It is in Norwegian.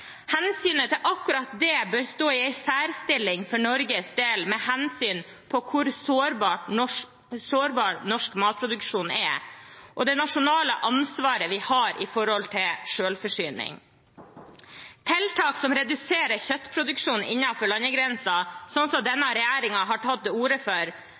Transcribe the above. Hensynet til akkurat det bør stå i en særstilling for Norges del med hensyn til hvor sårbar norsk matproduksjon er, og det nasjonale ansvaret vi har for selvforsyning. Tiltak som reduserer kjøttproduksjon innenfor landegrensene, noe denne regjeringen har tatt til orde for,